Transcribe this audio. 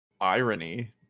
irony